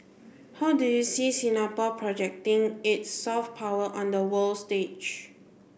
how do you see Singapore projecting its soft power on the world stage